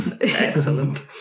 Excellent